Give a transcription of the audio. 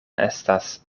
estas